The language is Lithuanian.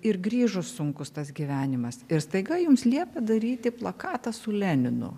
ir grįžus sunkus tas gyvenimas ir staiga jums liepia daryti plakatą su leninu